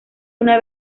una